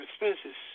expenses